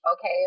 okay